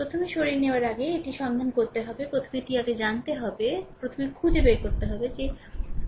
প্রথমে সরিয়ে নেওয়ার আগে এটি সন্ধান করতে হবে প্রথমে এটি আগে জানাতে হবে প্রথমে খুঁজে বের করতে হবে যে r কী i i2